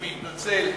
אני מתנצל.